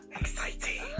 Exciting